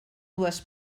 dues